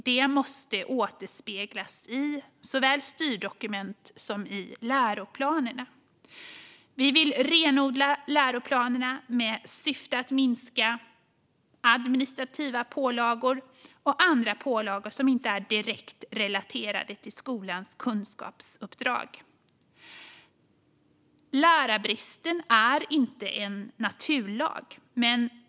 Det måste återspeglas i såväl styrdokument som läroplaner. Vi vill renodla läroplanerna med syftet att minska administrativa pålagor och andra pålagor som inte är direkt relaterade till skolans kunskapsuppdrag. Lärarbristen är inte en naturlag.